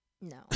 No